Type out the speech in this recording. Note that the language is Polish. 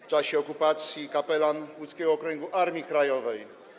W czasie okupacji - kapelan łódzkiego okręgu Armii Krajowej.